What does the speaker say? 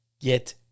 get